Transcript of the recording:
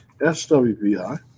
SWBI